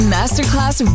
Masterclass